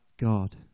God